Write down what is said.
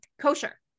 kosher